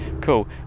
Cool